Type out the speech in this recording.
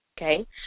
okay